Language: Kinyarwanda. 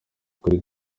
kuri